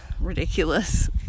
ridiculous